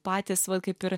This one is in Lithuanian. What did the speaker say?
patys va kaip ir